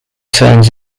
turns